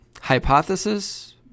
hypothesis